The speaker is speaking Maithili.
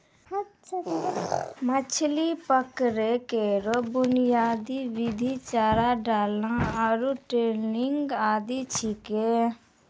मछरी पकड़ै केरो बुनियादी विधि चारा डालना आरु ट्रॉलिंग आदि छिकै